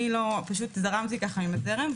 אני זרמתי עם הזרם.